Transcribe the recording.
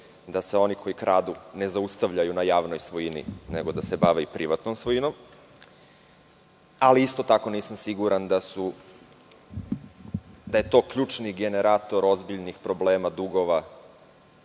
da se oni koji kradu ne zaustavljaju na javnoj svojini nego da se bave i privatnom svojinom. Ali, isto tako, nisam siguran da je to ključni generator ozbiljnih problema, dugova